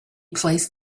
placed